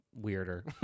weirder